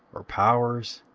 or powers